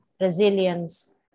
resilience